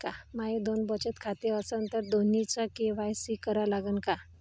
माये दोन बचत खाते असन तर दोन्हीचा के.वाय.सी करा लागन का?